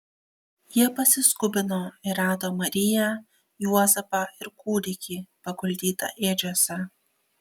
jie pasiskubino ir rado mariją juozapą ir kūdikį paguldytą ėdžiose